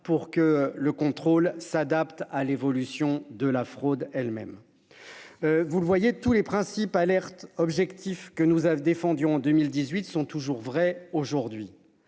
pour que le contrôle s'adapte à l'évolution de la fraude elles-mêmes. Vous le voyez tous les principes alerte objectif que nous a défendu en 2018 sont toujours vrai aujourd'hui.